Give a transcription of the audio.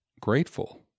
grateful